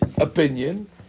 opinion